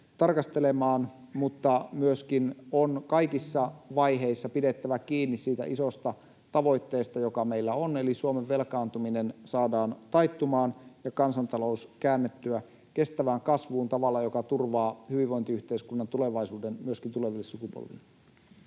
tarkastelemaan, mutta myöskin on kaikissa vaiheissa pidettävä kiinni siitä isosta tavoitteesta, joka meillä on, eli että Suomen velkaantuminen saadaan taittumaan ja kansantalous käännettyä kestävään kasvuun tavalla, joka turvaa hyvinvointiyhteiskunnan tulevaisuuden myöskin tuleville sukupolville.